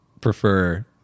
prefer